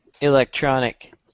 electronic